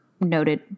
noted